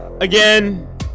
again